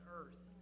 earth